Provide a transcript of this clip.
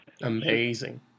Amazing